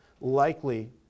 likely